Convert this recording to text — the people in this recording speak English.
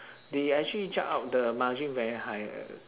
they actually jack up the margin very high eh